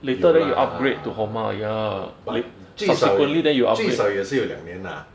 有 lah but 最少最少也是有两年 ah